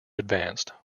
advanced